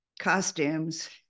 costumes